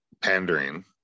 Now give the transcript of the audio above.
pandering